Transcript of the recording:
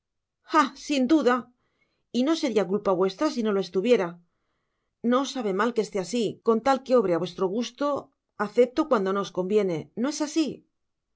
sin duda y no seria culpa vuestra sino lo estuviera no os sabe mal que eslé asi con tal que obre á vuestro gusto acepto cuando no os conviene no es asi